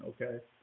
okay